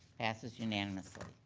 passes unanimously.